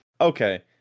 Okay